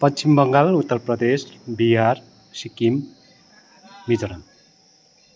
Paschim Bengal Uttar Pradesh Bihar Sikkim Mizoram